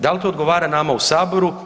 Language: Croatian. Da li to odgovara nama u saboru?